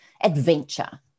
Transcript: adventure